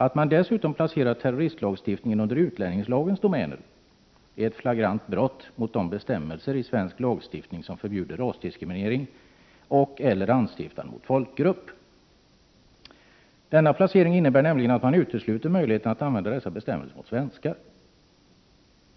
Att man dessutom har placerat terroristlagstiftningen under utlänningslagens domäner är ett flagrant brott mot de bestämmelser i svensk lagstiftning som förbjuder rasdiskriminering och/eller anstiftan mot folkgrupp. Denna placering innebär nämligen att man utesluter möjligheten att använda dessa bestämmelser mot svenskar.